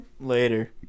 Later